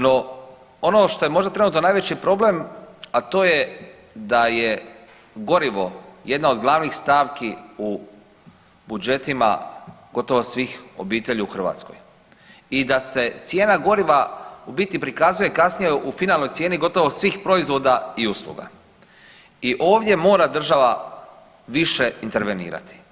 No ono što je možda trenutno najveći problem, a to je da je gorivo jedna od glavnih stavki u budžetima gotovo svih obitelji u Hrvatskoj i sa se cijena goriva u biti prikazuje kasnije u finalnoj cijeni gotovo svih proizvoda i usluga i ovdje mora država više intervenirati.